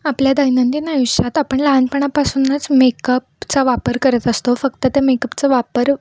आपल्या दैनंदिन आयुष्यात आपण लहानपणापासूनच मेकअपचा वापर करत असतो फक्त त्या मेकअपचा वापर